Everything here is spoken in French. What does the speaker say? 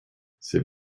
c’est